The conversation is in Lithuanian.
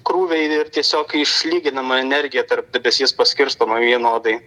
krūviai ir tiesiog išlyginama energija tarp debesies paskirstoma vienodai